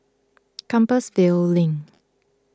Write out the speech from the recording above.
Compassvale Link